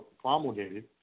promulgated